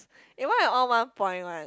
eh why I all one point [one]